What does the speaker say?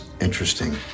interesting